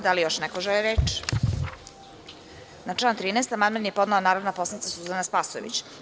Da li još neko želi reč? (Ne) Na član 13. amandman je podnela narodna poslanica Suzana Spasojević.